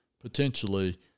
potentially